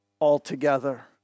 altogether